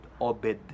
Obed